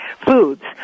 foods